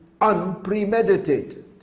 unpremeditated